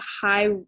high